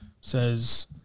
says